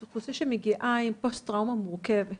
אוכלוסייה שמגיעה עם פוסט טראומה מורכבת.